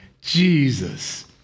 Jesus